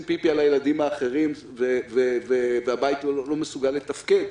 פיפי על הילדים האחרים והבית לא מסוגל לתפקד.